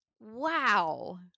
Wow